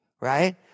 Right